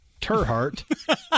Turhart